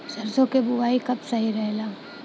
सरसों क बुवाई कब सही रहेला?